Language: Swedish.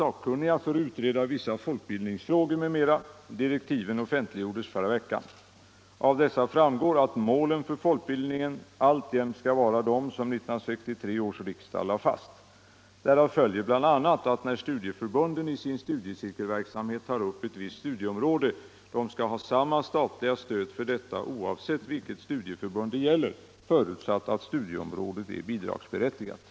Anser verkligen statsrådet att det statliga stödet till folkbildningsorganisationerna exempelvis bör differentieras så att huvudparten av studieförbunden ytterligare förhindras att bedriva sin verksamhet på lika villkor och för alla medborgare?